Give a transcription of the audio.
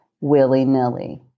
willy-nilly